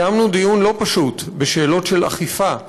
קיימנו דיון לא פשוט בשאלות של אכיפה.